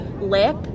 lip